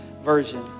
Version